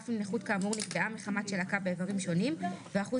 אף אם נכות כאמור נקבעה מחמת שלקה באיברים שונים והאחוז